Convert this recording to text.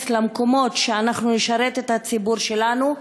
למקומות שאנחנו נשרת את הציבור שלנו,